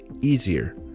easier